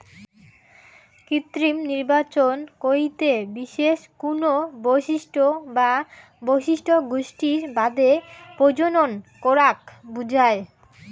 কৃত্রিম নির্বাচন কইতে বিশেষ কুনো বৈশিষ্ট্য বা বৈশিষ্ট্য গোষ্ঠীর বাদে প্রজনন করাক বুঝায়